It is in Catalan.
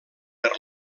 per